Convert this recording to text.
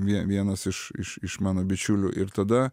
vie vienas iš iš iš mano bičiulių ir tada